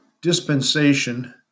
dispensation